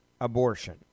abortion